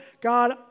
God